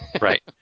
Right